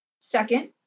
Second